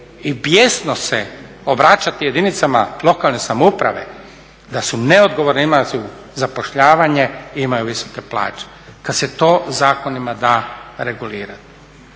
i bijesno se obraćati jedinicama lokalne samouprave da su neodgovorne, imaju zapošljavanje, imaju visoke plaće kad se to zakonima da regulirati.